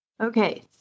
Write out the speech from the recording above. okay